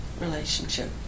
relationship